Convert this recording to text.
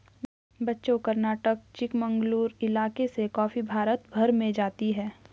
बच्चों कर्नाटक के चिकमंगलूर इलाके से कॉफी भारत भर में जाती है